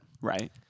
Right